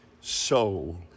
soul